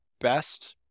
best